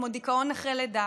כמו דיכאון אחרי לידה.